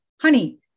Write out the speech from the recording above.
honey